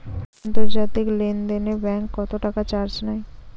আন্তর্জাতিক লেনদেনে ব্যাংক কত টাকা চার্জ নেয়?